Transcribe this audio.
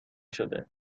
شده